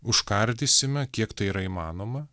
užkardysime kiek tai yra įmanoma